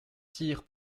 tire